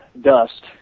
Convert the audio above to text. dust